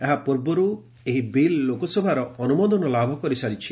ଏହା ପୂର୍ବରୁ ଏହି ବିଲ୍ ଲୋକସଭାର ଅନୁମୋଦନ ଲାଭ କରିସାରିଛି